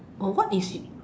or what is